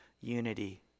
unity